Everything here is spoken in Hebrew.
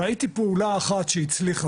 ראיתי פעולה אחת שהצליחה